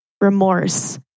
remorse